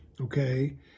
okay